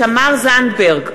תמר זנדברג,